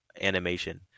animation